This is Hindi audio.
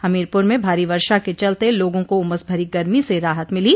हमीरपुर में भारी वर्षा के चलते लोगों को उमस भरी गरमी से राहत मिली